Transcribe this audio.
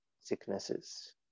sicknesses